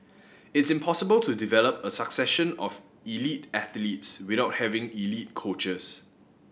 it's impossible to develop a succession of elite athletes without having elite coaches